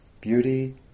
beauty